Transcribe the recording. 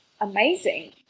amazing